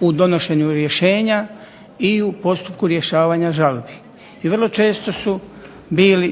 u donošenju rješenja i u postupku donošenja žalbi i vrlo često su bili